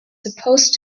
supposed